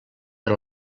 per